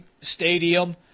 stadium